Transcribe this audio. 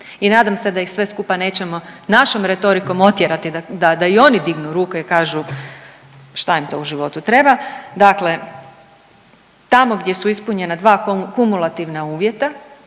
i nadam se da ih sve skupa nećemo našom retorikom otjerati, da i oni dignu ruke i kažu šta im to u životu treba, dakle, tamo gdje su ispunjena dva kumulativna uvjeta,